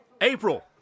April